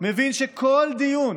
מבין שכל דיון